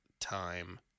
time